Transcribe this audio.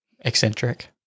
Eccentric